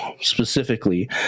specifically